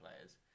players